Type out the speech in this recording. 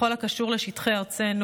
בכל הקשור לשטחי ארצנו,